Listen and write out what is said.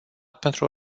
pentru